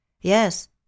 Yes